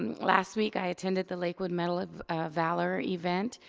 last week i attended the lakewood medal of valor event.